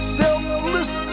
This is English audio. selfless